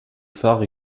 phare